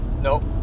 nope